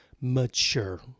mature